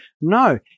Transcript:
No